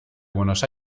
buenos